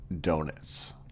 donuts